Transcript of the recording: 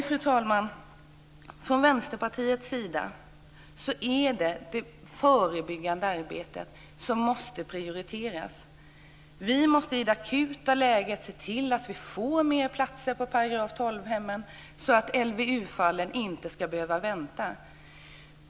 Fru talman! Från Vänsterpartiets sida sett är det det förebyggande arbetet som måste prioriteras. Vi måste i det akuta läget se till att vi får mer platser på § 12-hemmen så att LVU-fallen inte ska behöva vänta.